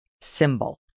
symbol